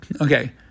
Okay